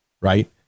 right